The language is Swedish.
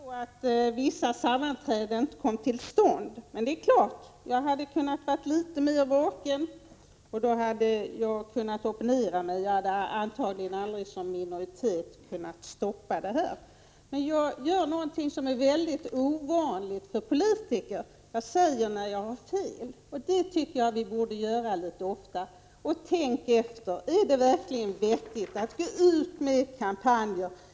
Herr talman! Det var så att vissa sammanträden inte kom till stånd. Men det är klart att jag hade kunnat vara litet mer vaken. Då hade jag kunnat opponera mig, men som ledamot av minoriteten hade jag antagligen inte kunnat stoppa kampanjen. Men jag gör någonting som är väldigt ovanligt bland politiker: jag talar om när jag har fel. Det tycker jag att vi borde göra litet oftare. Tänk efter: Är det verkligen vettigt att gå ut med en kampanj med den här typen av annonser?